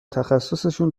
تخصصشون